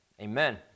Amen